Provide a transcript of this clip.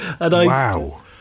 Wow